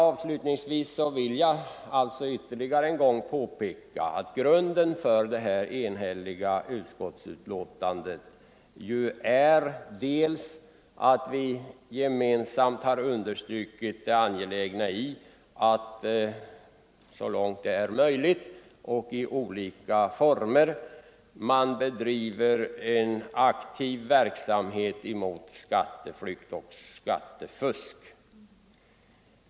Avslutningsvis vill jag än en gång understryka att grunden för det enhälliga utskottsbetänkandet är att vi gemensamt har understrukit det angelägna i att så långt möjligt och i olika former bedriva en aktiv verksamhet mot skatteflykt och skattefusk.